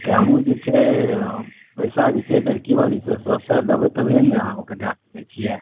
से हमू जे छै आब पैसा जे छै लड़की बालीसे गप कैरि लेबै तबहे ने अहूँके दए सकै छियै